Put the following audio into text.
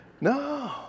No